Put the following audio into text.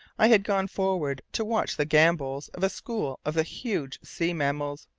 i had gone forward to watch the gambols of a school of the huge sea mammals.